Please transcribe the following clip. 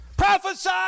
prophesy